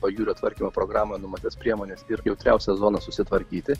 pajūrio tvarkymo programą numatytas priemones ir jautriausias zonas susitvarkyti